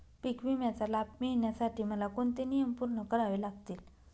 पीक विम्याचा लाभ मिळण्यासाठी मला कोणते नियम पूर्ण करावे लागतील?